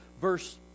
verse